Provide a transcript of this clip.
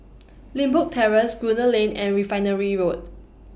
Limbok Terrace Gunner Lane and Refinery Road